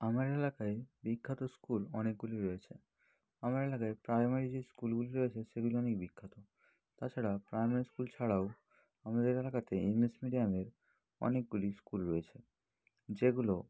আমার এলাকায় বিখ্যাত স্কুল অনেকগুলি রয়েছে আমার এলাকায় প্রাইমারি যেই স্কুলগুলি রয়েছে সেগুলি অনেক বিখ্যাত তাছাড়া প্রাইমারি স্কুল ছাড়াও আমাদের এলাকাতে ইংলিশ মিডিয়ামের অনেকগুলি স্কুল রয়েছে যেগুলো